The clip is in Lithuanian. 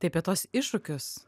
tai apie tuos iššūkius